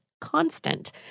constant